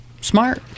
Smart